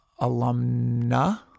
alumna